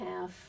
half